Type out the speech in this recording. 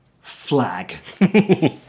flag